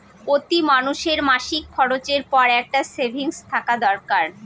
প্রতি মানুষের মাসিক খরচের পর একটা সেভিংস থাকা দরকার